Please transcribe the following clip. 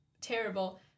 terrible